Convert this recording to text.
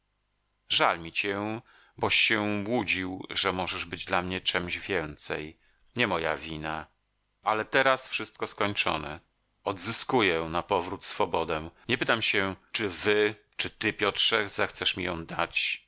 żal mi cię boś się łudził że możesz być dla mnie czemś więcej nie moja wina ale teraz wszystko skończone odzyskuję napowrót swobodę nie pytam się czy wy czy ty piotrze zechcesz mi ją dać